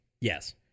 Yes